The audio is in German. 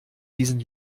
diesen